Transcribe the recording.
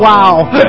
Wow